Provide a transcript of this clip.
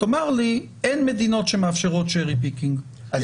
תאמר לי שאין מדינות שמאפשרות cherry picking.